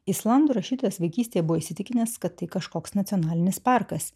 islandų rašytojas vaikystėje buvo įsitikinęs kad tai kažkoks nacionalinis parkas